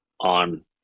on